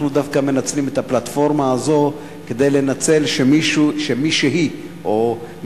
אנחנו דווקא מנצלים את הפלטפורמה הזאת כי מישהי מתוכנו,